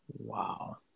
Wow